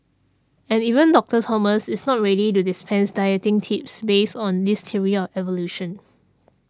and even Doctor Thomas is not ready to dispense dieting tips based on this theory of evolution